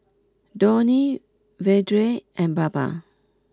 Dhoni Vedre and Baba